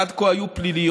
שעד כה היו פליליות,